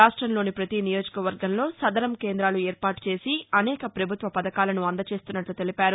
రాష్టంలోని ప్రతి నియోజవర్గంలో సదరమ్ కేంద్రాలు ఏర్పాటు చేసి అనేక ప్రభుత్వ పథకాలను అందజేస్తున్నట్లు తెలిపారు